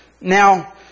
Now